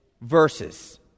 verses